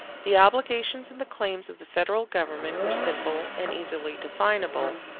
the obligations and the claims of the federal government were simple and easily definable,